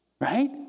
Right